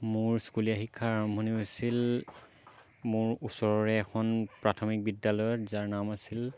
মোৰ স্কুলীয়া শিক্ষাৰ আৰম্ভণি হৈছিল মোৰ ওচৰৰে এখন প্ৰাথমিক বিদ্যালয়ত যাৰ নাম আছিল